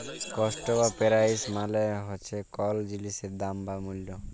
cost বা price মালে হছে কল জিলিসের দাম বা মূল্য